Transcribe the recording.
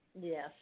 Yes